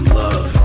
love